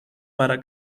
para